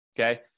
okay